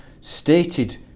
stated